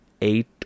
eight